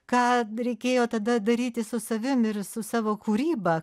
ką reikėjo tada daryti su savim ir su savo kūryba